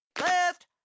Left